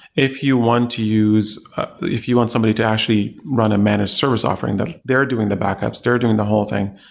if you want to use if you want somebody to actually run a managed service offering that they're doing the backups, they're doing the whole thing,